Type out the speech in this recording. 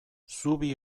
zubi